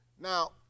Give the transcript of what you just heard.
Now